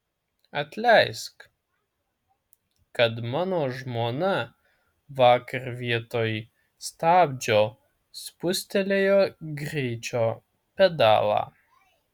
atleisk kad mano žmona vakar vietoj stabdžio spustelėjo greičio pedalą